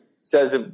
says